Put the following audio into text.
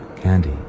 candy